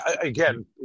again